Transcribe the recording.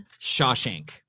Shawshank